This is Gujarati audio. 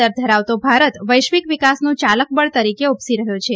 દર ધરાવતો ભારત વૈશ્વિક વિકાસનું યાલક બળ તરીકે ઉપસી રહ્યો છે